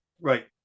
Right